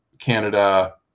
Canada